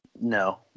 No